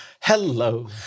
Hello